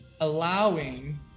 allowing